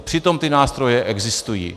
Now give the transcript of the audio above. Přitom ty nástroje existují.